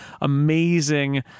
Amazing